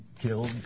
killed